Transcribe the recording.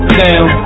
down